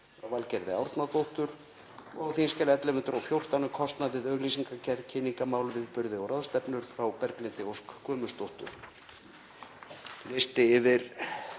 lista yfir